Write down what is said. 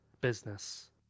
Business